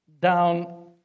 down